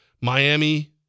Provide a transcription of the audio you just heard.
Miami